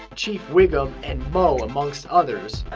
chief wiggum, and moe, amongst others.